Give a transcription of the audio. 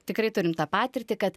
tikrai turim tą patirtį kad